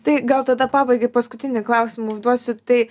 tai gal tada pabaigai paskutinį klausimą užduosiu tai